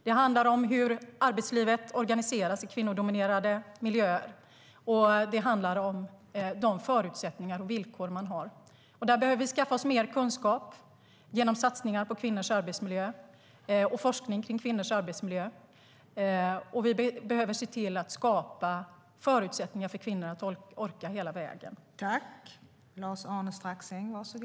Det handlar om hur arbetslivet organiseras i kvinnodominerade miljöer, och det handlar om de förutsättningar och villkor man har. Där behöver vi skaffa oss mer kunskap genom satsningar på och forskning om kvinnors arbetsmiljö, och vi behöver skapa förutsättningar för kvinnor att orka hela vägen.